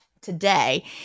today